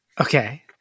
Okay